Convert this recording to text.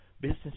business